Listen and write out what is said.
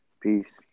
Peace